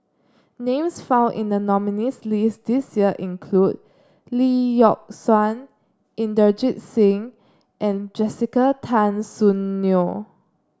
names found in the nominees' list this year include Lee Yock Suan Inderjit Singh and Jessica Tan Soon Neo